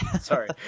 sorry